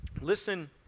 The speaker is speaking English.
Listen